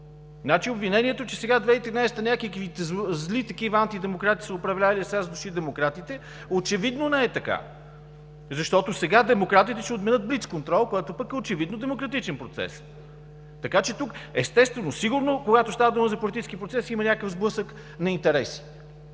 обвинението, че през 2013 г. някакви зли антидемократи са управлявали, а сега са дошли демократите, очевидно не е така, защото сега демократите ще отменят блицконтрола, което пък е очевидно демократичен процес. Сигурно, когато става дума за политически процес, има някакъв сблъсък на интереси.